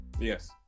Yes